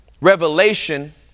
revelation